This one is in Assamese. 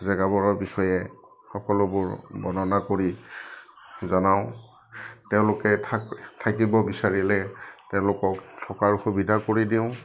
জেগাবোৰৰ বিষয়ে সকলোবোৰ বৰ্ণনা কৰি জনাওঁ তেওঁলোকে থাকিব বিচাৰিলে তেওঁলোকক থকাৰ সুবিধা কৰি দিওঁ